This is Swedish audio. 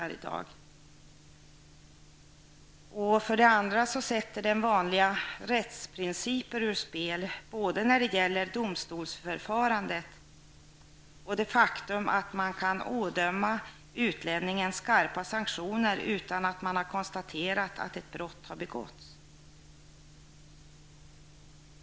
Vidare sätts den vanliga rättsprincipen ur spel både när det gäller domstolsförfarandet och det faktum att man kan ådöma utlänningen skarpa sanktioner utan att man har konstaterat att ett brott har begåtts.